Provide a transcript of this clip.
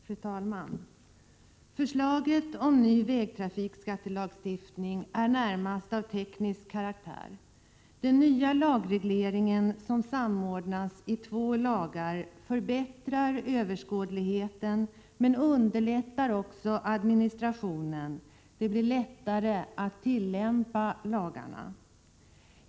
Fru talman! Förslaget om en ny vägtrafikskattelagstiftning är närmast av teknisk karaktär. Den nya lagregleringen, som samordnas i två nya lagar, förbättrar överskådligheten men underlättar också administrationen. Det blir lättare att tillämpa lagarna.